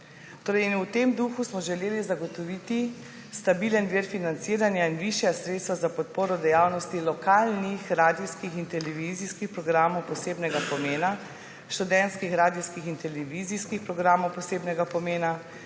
V tem duhu smo želeli zagotoviti stabilen vir financiranja in višja sredstva za podporo dejavnosti lokalnih radijskih in televizijskih programov posebnega pomena, študentskih, radijskih in televizijskih programov posebnega pomena